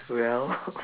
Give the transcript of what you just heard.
well